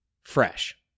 fresh